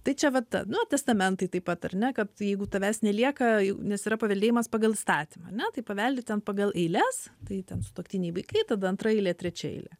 tai čia va ta nu testamentai taip pat ar ne kad jeigu tavęs nelieka nes yra paveldėjimas pagal įstatymą ar ne tai paveldi ten pagal eiles tai ten sutuoktiniai vaikai tada antraeilė trečiaeilė